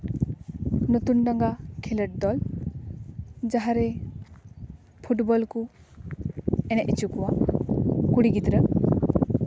ᱱᱚᱛᱩᱱ ᱰᱟᱸᱜᱟ ᱠᱷᱮᱞᱳᱰ ᱫᱚᱞ ᱡᱟᱦᱟᱸᱨᱮ ᱯᱷᱩᱴᱵᱚᱞ ᱠᱚ ᱮᱱᱮᱡ ᱦᱚᱪᱚ ᱠᱚᱣᱟ ᱠᱩᱲᱤ ᱜᱤᱫᱽᱨᱟᱹ